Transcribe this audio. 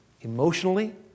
emotionally